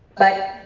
but